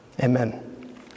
Amen